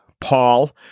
Paul